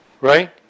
Right